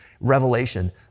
Revelation